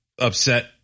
upset